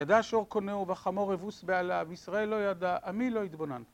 ידע שור קונהו וחמור אבוס בעליו, ישראל לא ידע, עמי לא יתבונן.